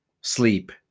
sleep